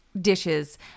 dishes